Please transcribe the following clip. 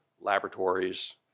laboratories